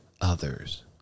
others